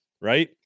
Right